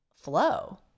flow